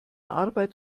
arbeit